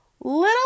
little